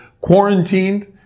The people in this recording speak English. quarantined